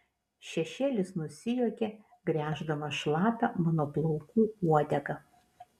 šešėlis nusijuokė gręždamas šlapią mano plaukų uodegą